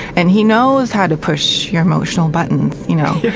and he knows how to push your emotional buttons, you know,